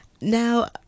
Now